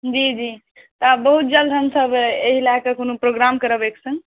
जी जी तऽ बहुत जल्द हमसब एहि लऽ कऽ कोनो प्रोग्राम करब एकसङ्ग